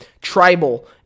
tribal